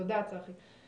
תודה, צחי.